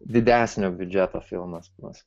didesnio biudžeto filmas bus